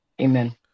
Amen